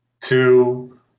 two